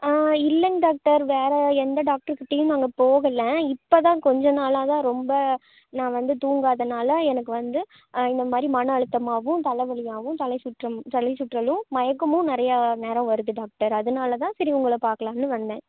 ஆ இல்லைங்க டாக்டர் வேறு எந்த டாக்டர்க்கிட்டையும் நாங்கள் போகலை இப்போதான் கொஞ்சம் நாளாகதான் ரொம்ப நான் வந்து தூங்காததினால எனக்கு வந்து இந்தமாதிரி மன அழுத்தமாவும் தலைவலியாகவும் தலை சுற்றும் தலை சுற்றலும் மயக்கமும் நிறையா நேரம் வருதுங்க டாக்டர் அதனால்தான் சரி உங்களை பார்க்கலாம்னு வந்தேன்